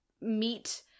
meet